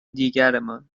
دیگرمان